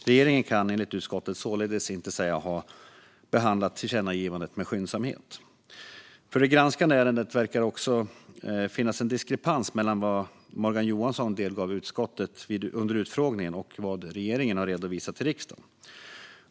Regeringen kan, enligt utskottet, således inte sägas ha behandlat tillkännagivandet med skyndsamhet. För det granskade ärendet verkar det också finnas en diskrepans mellan vad Morgan Johansson delgav utskottet under utfrågningen och vad regeringen har redovisat till riksdagen.